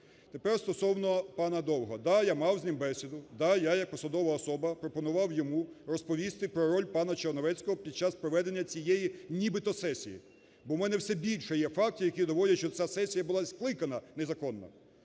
Тепер стосовно пана Довгого. Так, я мав з ним бесіду; так, я як посадова особа пропонував йому розповісти про роль пана Черновецького під час проведення цієї нібито сесії, бо в мене все більшає фактів, які доводять, що ця сесія була скликана незаконно